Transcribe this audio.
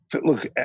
Look